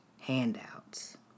handouts